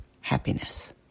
happiness